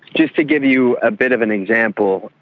just to give you a bit of an example,